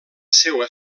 seua